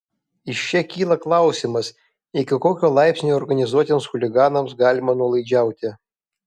iš čia kyla klausimas iki kokio laipsnio organizuotiems chuliganams galima nuolaidžiauti